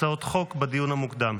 הצעות חוק לדיון המוקדם.